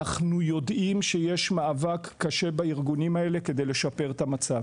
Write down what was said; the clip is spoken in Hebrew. אנחנו יודעים שיש מאבק קשה בארגונים האלה כדי לשפר את המצב.